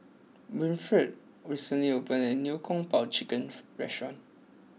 Winnifred recently opened a new Kung Po Chicken restaurant